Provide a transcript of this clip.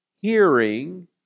hearing